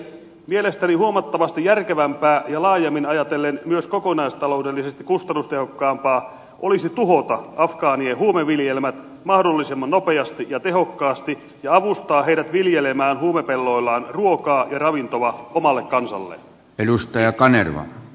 mielestäni huomattavasti järkevämpää ja laajemmin ajatellen myös kokonaistaloudellisesti kustannustehokkaampaa olisi tuhota afgaanien huumeviljelmät mahdollisimman nopeasti ja tehokkaasti ja avustaa heidät viljelemään huumepelloillaan ruokaa ja ravintoa omalle kansalleen